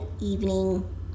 evening